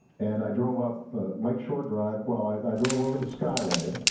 and i drove up lake shore drive. well, i i drove over the skyway.